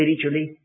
spiritually